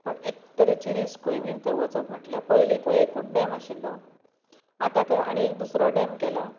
पूण एक तरेची रिस्कूय बीन थंय वचप म्हटल्या पयलीं थंय एकूत डॅम आशिल्लो आतां थंय आनी एक दुसरो डॅम केला